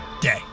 day